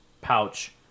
pouch